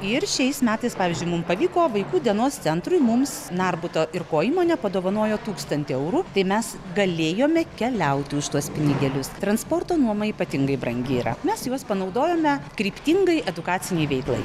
ir šiais metais pavyzdžiui mum pavyko vaikų dienos centrui mums narbuto ir ko įmonė padovanojo tūkstantį eurų tai mes galėjome keliauti už tuos pinigėlius transporto nuomamypatingai brangi yra mes juos panaudojome kryptingai edukacinei veiklai